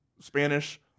Spanish